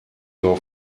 your